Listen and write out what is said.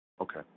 Okay